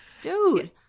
Dude